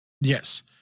Yes